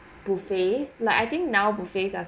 buffets like I think now buffets are